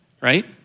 right